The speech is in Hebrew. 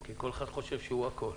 --- כי כל אחד חושב שהוא הכל,